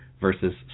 versus